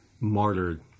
martyred